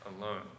alone